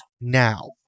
now